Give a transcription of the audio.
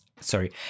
sorry